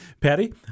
Patty